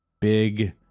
big